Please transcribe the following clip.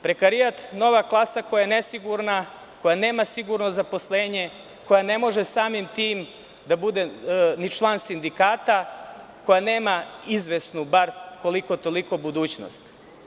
Prekarijat, nova klasa koja je nesigurna, koja nema sigurno zaposlenje, koja ne može samim tim da bude i član sindikata, koja nema izvesnu, bar koliko toliko budućnost.